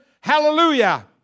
Hallelujah